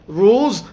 rules